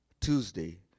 Tuesday